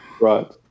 Right